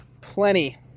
plenty